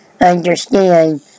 understand